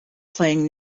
playing